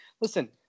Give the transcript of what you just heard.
listen